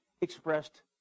expressed